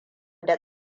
da